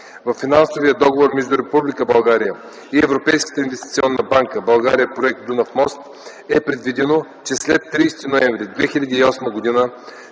Във финансовия договор между Република България и Европейската инвестиционна банка „България – проект Дунав мост” е предвидено, че след 30 ноември 2008 г.